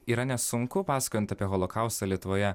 yra nesunku pasakojant apie holokaustą lietuvoje